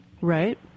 Right